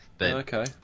Okay